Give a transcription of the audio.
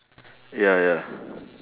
ya ya